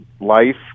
life